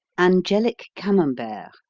angelic camembert